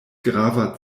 grava